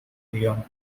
leon